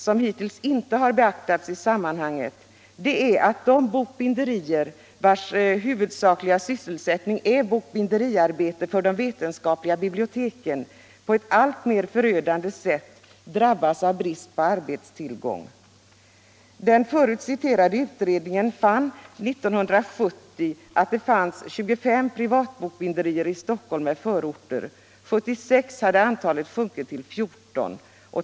som hittills inte har beaktats i sammanhanget, är att de bokbindericer vilkas huvudsakliga sysselsättning är bokbinderiarbete för de vetenskapliga biblioteken, på ett alltmer förödande sätt drabbas av brist på arbetstillgång. Den förut citerade utredningen fann 1970 att det fanns cirka 25 privatbokbinderier i Stockholm med förorter. 1976 har antalet sådana företag sjunkit till 14.